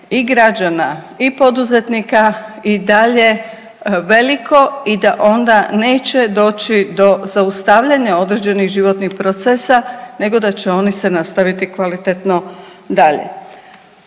i građana i poduzetnika i dalje veliko i da onda neće doći do zaustavljanja određenih životnih procesa nego da će oni se nastaviti kvalitetno dalje.